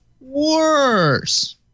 worse